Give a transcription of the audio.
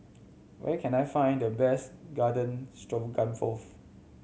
where can I find the best Garden Stroganoff